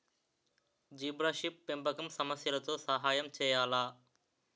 Zebrafish పెంపకం సమస్యలతో సహాయం చేయాలా?